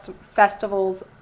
festivals